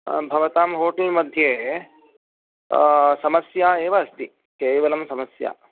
भवतां होटेल् मध्ये समस्या एव अस्ति केवलं समस्या